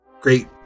great